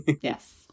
Yes